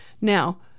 now